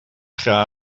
graden